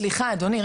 סליחה אדוני,